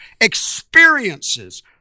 experiences